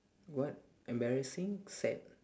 what embarrassing sad